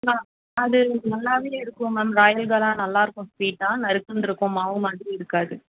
நான் அது நல்லாவே இருக்கும் மேம் ராயல்பாலா நல்லாயிருக்கும் ஸ்வீட்டாக நறுக்குன்னு இருக்கும் மாவுமாதிரி இருக்காது